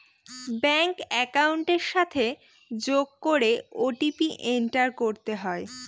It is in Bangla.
ব্যাঙ্ক একাউন্টের সাথে যোগ করে ও.টি.পি এন্টার করতে হয়